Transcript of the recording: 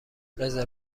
رزرو